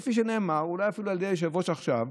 כפי שנאמר אולי אפילו על ידי היושב-ראש עכשיו,